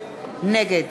נגד